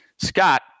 Scott